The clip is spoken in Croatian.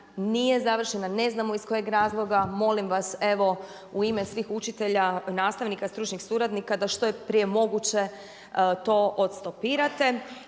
nije završena, ne znamo iz kojeg razloga. Molim vas evo u ime svih učitelja, nastavnika, stručnih suradnika da što je prije moguće to odstopirate.